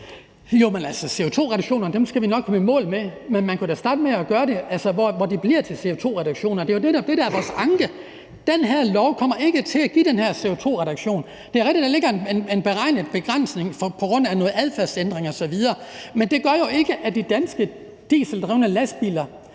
Skibby (DD): CO2-reduktionerne skal vi nok nå i mål med, men man kunne da starte med at gøre det på en måde, hvor det bliver til CO2-reduktioner. Det er jo netop det, der er vores anke – den her lov kommer ikke til at give de her CO2-reduktioner. Det er rigtigt, at der ligger en beregnet begrænsning på grund af noget adfærdsændring osv., men det gør jo ikke, at de danske dieseldrevne lastbiler